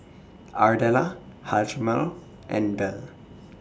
Ardella Hjalmer and Belle